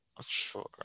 sure